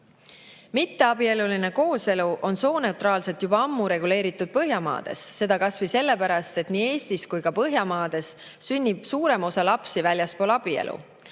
Mitteabieluline kooselu on sooneutraalselt juba ammu reguleeritud Põhjamaades, seda kas või sellepärast, et Põhjamaades – nii nagu ka Eestis – sünnib suurem osa lapsi väljaspool abielu.